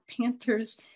Panthers